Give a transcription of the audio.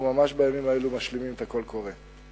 ממש בימים אלה אנחנו משלימים את הקול קורא.